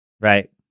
right